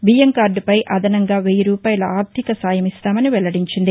బియ్యం కార్డుపై అదనంగా వెయ్యి రూపాయలు ఆర్థిక సాయం ఇస్తామని వెల్లడించింది